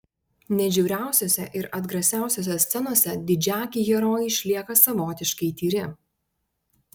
net žiauriausiose ir atgrasiausiose scenose didžiaakiai herojai išlieka savotiškai tyri